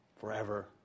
forever